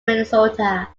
minnesota